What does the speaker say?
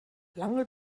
lange